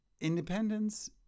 independence